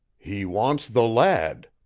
he wants the lad,